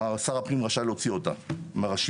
שר הפנים רשאי להוציא אותה מהרשימה.